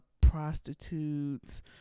prostitutes